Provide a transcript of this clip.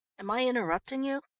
am i interrupting you?